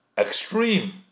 extreme